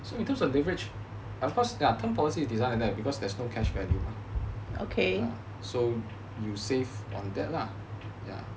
so in terms of leverage of course term policies is designed like this because there's no cashback okay so you save on that lah ya